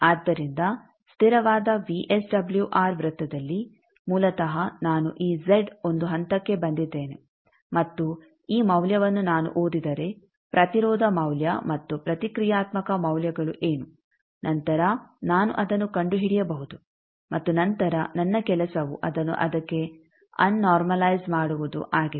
ಆದ್ದರಿಂದ ಸ್ಥಿರವಾದ ವಿಎಸ್ಡಬ್ಲ್ಯೂಆರ್ ವೃತ್ತದಲ್ಲಿ ಮೂಲತಃ ನಾನು ಈ ಜೆಡ್ ಒಂದು ಹಂತಕ್ಕೆ ಬಂದಿದ್ದೇನೆ ಮತ್ತು ಈ ಮೌಲ್ಯವನ್ನು ನಾನು ಓದಿದರೆ ಪ್ರತಿರೋಧ ಮೌಲ್ಯ ಮತ್ತು ಪ್ರತಿಕ್ರಿಯಾತ್ಮಕ ಮೌಲ್ಯಗಳು ಏನು ನಂತರ ನಾನು ಅದನ್ನು ಕಂಡುಹಿಡಿಯಬಹುದು ಮತ್ತು ನಂತರ ನನ್ನ ಕೆಲಸವು ಅದನ್ನು ಅದಕ್ಕೆ ಆನ್ ನೋರ್ಮಲೈಜ್ ಮಾಡುವುದು ಆಗಿದೆ